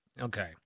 Okay